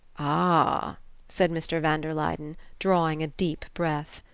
ah said mr. van der luyden, drawing a deep breath.